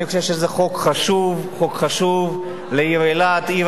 אני חושב שזה חוק חשוב לעיר אילת, העיר